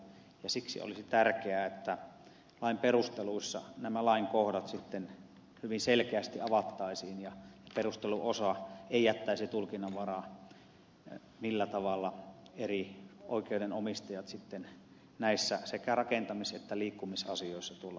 siksi olisi tärkeää että lain perusteluissa nämä lainkohdat sitten hyvin selkeästi avattaisiin ja perusteluosa ei jättäisi tulkinnanvaraa millä tavalla eri oikeudenomistajat sekä rakentamis että liikkumisasioissa tuolla puiston alueella voivat toimia